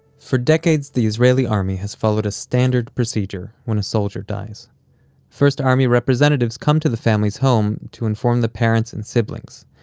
for decades, the israeli army has followed a standard procedure when a soldier dies first army representatives come to the family's home to inform the parents and siblings,